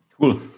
Cool